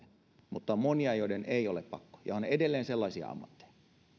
mutta on monia joiden ei ole pakko ja on edelleen sellaisia ammatteja